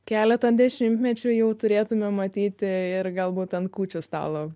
keletą dešimtmečių jau turėtume matyti ir galbūt ant kūčių stalo